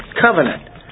covenant